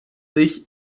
sich